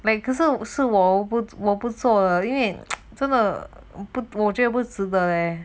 like 可是我是我不我不做了晕真的不不这不值得嘞